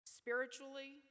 spiritually